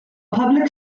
public